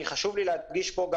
חשוב לי להדגיש פה,